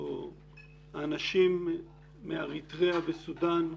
או האנשים מאריתריאה וסודן,